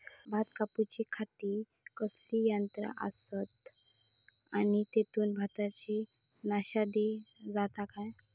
भात कापूच्या खाती कसले यांत्रा आसत आणि तेतुत भाताची नाशादी जाता काय?